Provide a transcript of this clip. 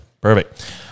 Perfect